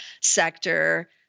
sector